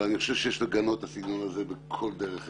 אני חושב שיש לגנות את הסגנון הזה בכל דרך אפשרית.